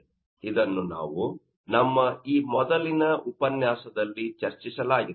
ಇದನ್ನು ನಾವು ನಮ್ಮ ಈ ಮೊದಲಿನ ಉಪನ್ಯಾಸದಲ್ಲಿ ಚರ್ಚಿಸಲಾಗಿದೆ